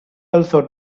also